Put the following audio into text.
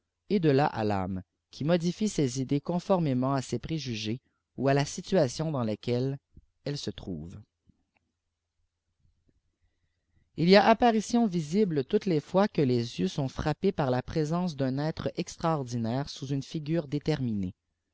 et de là à tâme qui modifie ses idées conformément à h isjtuatioii dans laquelle elle jse trouve il y a apparition visible toutes les fois que les yeux sont frappés par la présence d'un être extraordinaire sous une figure déterminée